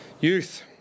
Youth